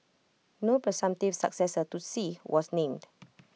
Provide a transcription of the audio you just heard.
no presumptive successor to Xi was named